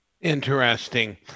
Interesting